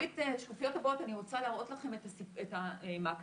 בשקופיות הבאות אני רוצה להראות לכם את המעקב